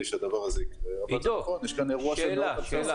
שהדבר הזה יקרה אבל יש כאן אירוע --- נוספים.